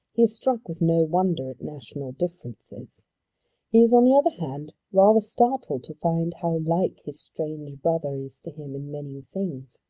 he is struck with no wonder at national differences. he is on the other hand rather startled to find how like his strange brother is to him in many things.